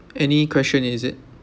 any question is it